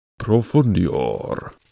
Profundior